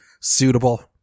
suitable